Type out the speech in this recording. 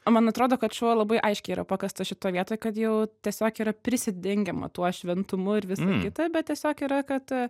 o man atrodo kad šuo labai aiškiai yra pakastas šitoj vietoj kad jau tiesiog yra prisidengiama tuo šventumu ir visa kita bet tiesiog yra kad